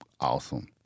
Awesome